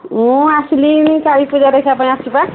ମୁଁ ଆସିଲିଣି କାଳୀ ପୂଜା ଦେଖିବା ପାଇଁ ଆସିଛି ବା